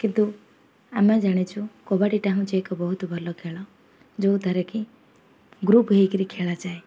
କିନ୍ତୁ ଆମେ ଜାଣିଛୁ କବାଡ଼ିଟା ହେଉଛି ଏକ ବହୁତ ଭଲ ଖେଳ ଯେଉଁଥିରେ କି ଗ୍ରୁପ୍ ହେଇ କରି ଖେଳାଯାଏ